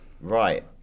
Right